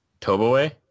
Toboe